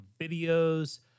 videos